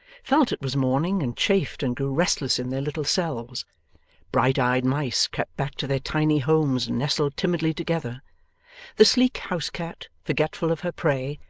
felt it was morning, and chafed and grew restless in their little cells bright-eyed mice crept back to their tiny homes and nestled timidly together the sleek house-cat, forgetful of her prey,